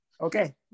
Okay